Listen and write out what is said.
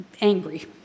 angry